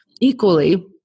Equally